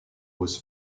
was